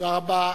תודה רבה.